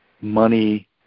money